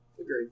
Agreed